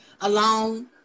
alone